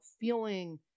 feeling